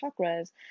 chakras